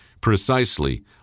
precisely